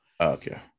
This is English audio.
Okay